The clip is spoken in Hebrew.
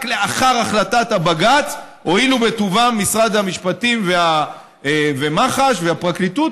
רק לאחר החלטת הבג"ץ הואילו בטובתם משרד המשפטים ומח"ש והפרקליטות